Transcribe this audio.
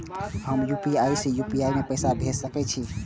हम यू.पी.आई से यू.पी.आई में पैसा भेज सके छिये?